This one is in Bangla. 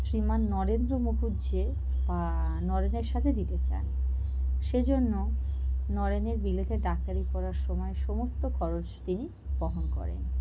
শ্রীমান নরেন্দ্র মুখুজ্জে বা নরেনের সাথে দিতে চান সে জন্য নরেনের বিলেতে ডাক্তারি পড়ার সময় সমস্ত খরচ তিনি বহন করেন